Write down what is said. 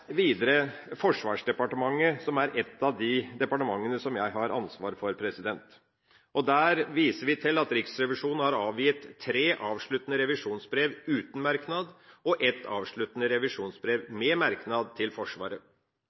videre til Forsvarsdepartementet, som er ett av de departementene jeg har ansvaret for. Der viser vi til at Riksrevisjonen har avgitt tre avsluttende revisjonsbrev uten merknad og ett avsluttende revisjonsbrev med merknad til Forsvaret.